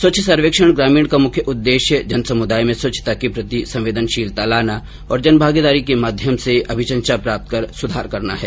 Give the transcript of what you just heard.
स्वच्छ सर्वेक्षण ग्रामीण का मुख्य उद्देश्य जन समुदाय में स्वच्छता के प्रति संवेदनशीलता लाना और जन भागीदारी के माध्यम से अभिशंषा प्राप्त कर सुधार करना है